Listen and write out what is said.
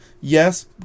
yes